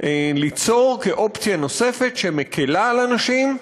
ליצור כאופציה נוספת שמקילה על אנשים,